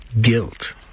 guilt